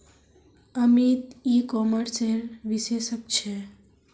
अमित ई कॉमर्सेर विशेषज्ञ छे